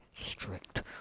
strict